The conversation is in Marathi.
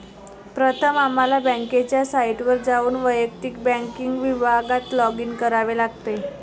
प्रथम आम्हाला बँकेच्या साइटवर जाऊन वैयक्तिक बँकिंग विभागात लॉगिन करावे लागेल